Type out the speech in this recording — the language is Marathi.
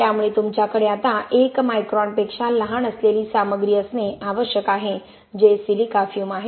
त्यामुळे तुमच्याकडे आता 1 मायक्रॉनपेक्षा लहान असलेली सामग्री असणे आवश्यक आहे जे सिलिका फ्यूम आहे